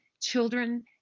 children